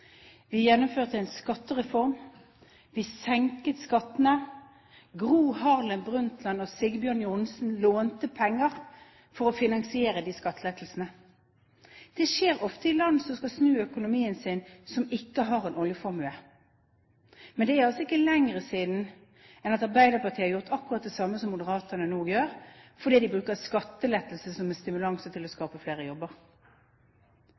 Vi gjennomførte en skattereform. Vi senket skattene. Gro Harlem Brundtland og Sigbjørn Johnsen lånte penger for å finansiere de skattelettelsene. Det skjer ofte i land som skal snu økonomien sin, og som ikke har en oljeformue. Men det er altså ikke lenger siden Arbeiderpartiet gjorde akkurat som Moderaterna nå gjør – brukte skattelettelser som en stimulans til å skape flere jobber.